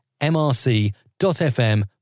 mrc.fm